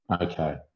Okay